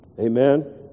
Amen